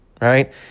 right